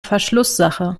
verschlusssache